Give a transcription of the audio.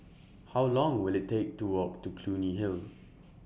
How Long Will IT Take to Walk to Clunny Hill